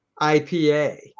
IPA